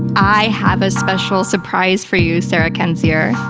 i have a special surprise for you, sarah kendzior.